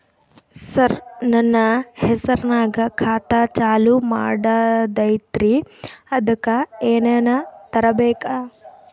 ಸರ, ನನ್ನ ಹೆಸರ್ನಾಗ ಖಾತಾ ಚಾಲು ಮಾಡದೈತ್ರೀ ಅದಕ ಏನನ ತರಬೇಕ?